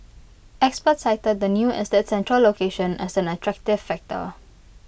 experts cited the new estate's central location as an attractive factor